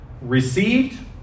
received